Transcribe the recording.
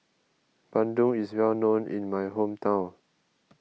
Bandung is well known in my hometown